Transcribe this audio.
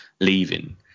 leaving